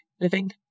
living